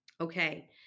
Okay